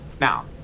Now